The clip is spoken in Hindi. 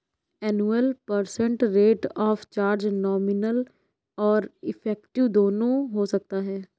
annual percent rate of charge nominal और इफेक्टिव दोनों हो सकता है